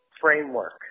framework